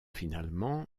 finalement